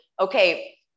okay